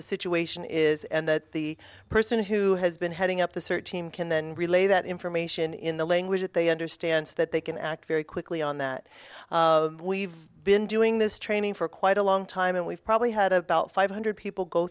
the situation is and that the person who has been heading up the search team can then relay that information in the language that they understand that they can act very quickly on that we've been doing this training for quite a long time and we've probably had about five hundred people go